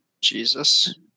Jesus